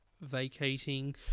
vacating